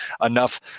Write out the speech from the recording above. enough